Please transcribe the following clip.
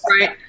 right